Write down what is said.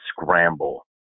scramble